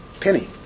Penny